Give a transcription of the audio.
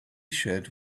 shirt